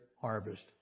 harvest